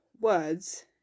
words